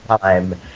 time